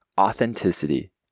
Authenticity